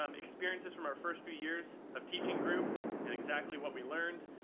um experiences from our first few years of teaching group and exactly what we learned.